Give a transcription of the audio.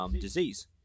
disease